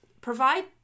provide